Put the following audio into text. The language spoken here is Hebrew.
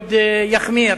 עוד יחמיר.